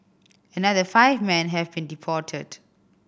another five men have been deported